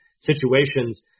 Situations